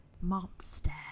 monster